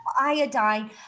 iodine